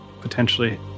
Potentially